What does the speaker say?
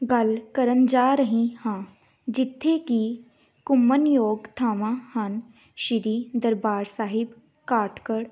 ਗੱਲ ਕਰਨ ਜਾ ਰਹੀ ਹਾਂ ਜਿੱਥੇ ਕਿ ਘੁੰਮਣਯੋਗ ਥਾਵਾਂ ਹਨ ਸ਼੍ਰੀ ਦਰਬਾਰ ਸਾਹਿਬ ਕਾਠਗੜ੍ਹ